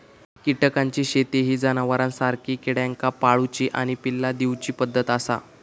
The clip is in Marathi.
कीटकांची शेती ही जनावरांसारखी किड्यांका पाळूची आणि पिल्ला दिवची पद्धत आसा